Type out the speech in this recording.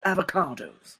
avocados